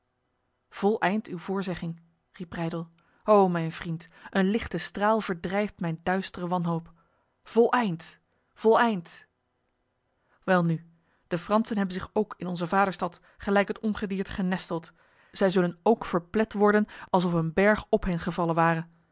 voleind uw voorzegging riep breydel o mijn vriend een lichte straal verdrijft mijn duistere wanhoop voleind voleind welnu de fransen hebben zich ook in onze vaderstad gelijk het ongediert genesteld zij zullen ook verplet worden alsof een berg op hen gevallen ware